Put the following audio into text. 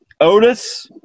Otis